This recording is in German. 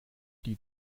die